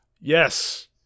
yes